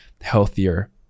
healthier